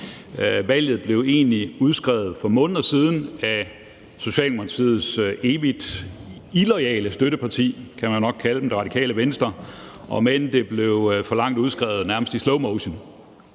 Valget blev egentlig udskrevet for måneder siden af Socialdemokratiets evigt illoyale støtteparti – kan man nok kalde det – nemlig Radikale Venstre, om end det blev forlangt udskrevet nærmest i slowmotion.